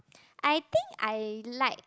I think I like